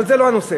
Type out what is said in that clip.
אבל זה לא הנושא.